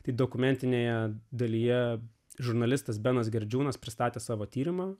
tik dokumentinėje dalyje žurnalistas benas gerdžiūnas pristatė savo tyrimą